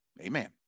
Amen